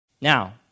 Now